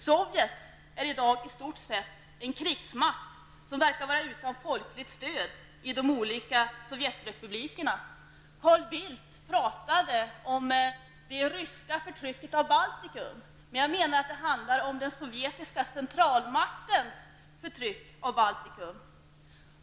Sovjet är i dag i stort sett en krigsmakt som verkar vara utan folkligt stöd i de olika sovjetrepublikerna. Carl Bildt talade om det ryska förtrycket av Baltikum. Men det handlar om den sovjetiska centralmaktens förtryck av Baltikum.